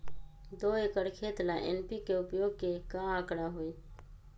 दो एकर खेत ला एन.पी.के उपयोग के का आंकड़ा होई?